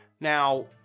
Now